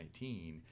2019